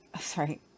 Sorry